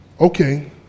Okay